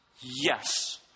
Yes